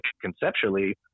conceptually